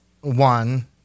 one